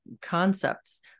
concepts